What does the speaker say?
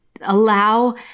Allow